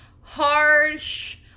harsh